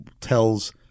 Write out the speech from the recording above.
tells